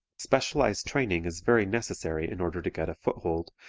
specialized training is very necessary in order to get a foothold,